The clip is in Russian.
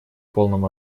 полном